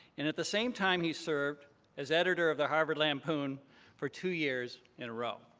and at the same time, he served as editor of the harvard lampoon for two years in a row.